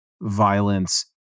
violence